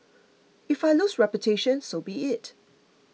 if I lose reputation so be it